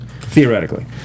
Theoretically